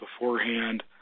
beforehand